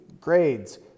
grades